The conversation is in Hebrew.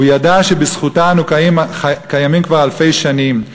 הוא ידע שבזכותה אנו קיימים כבר אלפי שנים.